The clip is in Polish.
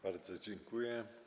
Bardzo dziękuję.